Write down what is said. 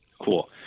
Cool